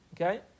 Okay